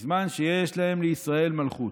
בזמן שיש להם לישראל מלכות,